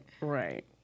Right